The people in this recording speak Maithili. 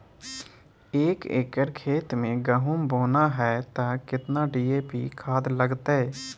एक एकर खेत मे गहुम बोना है त केतना डी.ए.पी खाद लगतै?